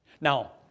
Now